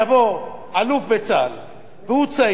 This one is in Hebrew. והוא צעיר ודינמי וייבחר לכנסת,